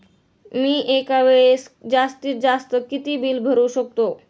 मी एका वेळेस जास्तीत जास्त किती बिल भरू शकतो?